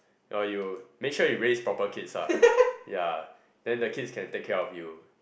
or you make sure you raise proper kids lah ya then the kids can take care of you